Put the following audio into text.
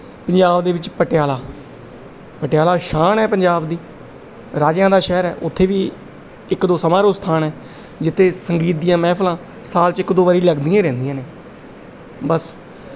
ਪੰਜਾਬ ਦੇ ਵਿੱਚ ਪਟਿਆਲਾ ਪਟਿਆਲਾ ਸ਼ਾਨ ਹੈ ਪੰਜਾਬ ਦੀ ਰਾਜਿਆਂ ਦਾ ਸ਼ਹਿਰ ਹੈ ਉੱਥੇ ਵੀ ਇੱਕ ਦੋ ਸਮਾਰੋਹ ਸਥਾਨ ਹੈ ਜਿੱਥੇ ਸੰਗੀਤ ਦੀਆਂ ਮਹਿਫ਼ਲਾਂ ਸਾਲ 'ਚ ਇੱਕ ਦੋ ਵਾਰੀ ਲੱਗਦੀਆਂ ਰਹਿੰਦੀਆਂ ਨੇ ਬਸ